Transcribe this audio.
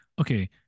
okay